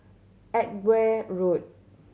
Edgware Road